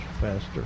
faster